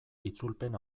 itzulpen